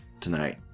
tonight